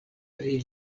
pri